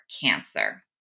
cancer